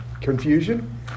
confusion